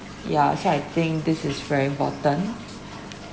ya so I think this is very important